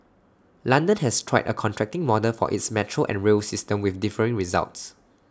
London has tried A contracting model for its metro and rail system with differing results